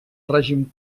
règim